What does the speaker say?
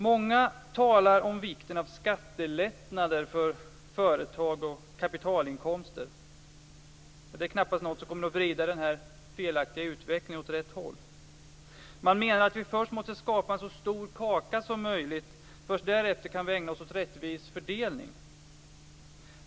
Många talar om vikten av skattelättnader för företag och kapitalinkomster, men det är knappast något som kommer att vrida den felaktiga utvecklingen åt rätt håll. Man menar att vi först måste skapa en så stor kaka som möjligt och att vi först därefter kan ägna oss åt en rättvis fördelning.